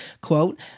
Quote